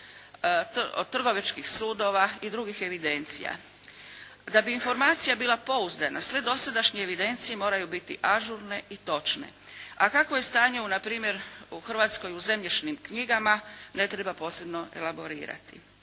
trgovačkih sudova i drugih evidencija. Da bi informacija bila pouzdana sve dosadašnje evidencije moraju biti ažurne i točne. A kakvo je stanje u na primjer u Hrvatskoj u zemljišnim knjigama ne treba posebno elaborirati.